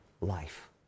life